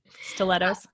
Stilettos